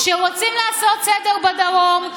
כשרוצים לעשות סדר בדרום,